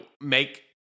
make